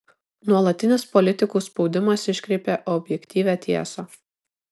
nuolatinis politikų spaudimas iškreipia objektyvią tiesą